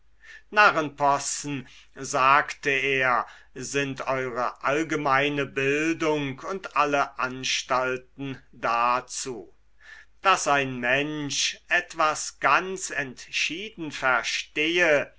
narrenpossen sagte er sind eure allgemeine bildung und alle anstalten dazu daß ein mensch etwas ganz entschieden verstehe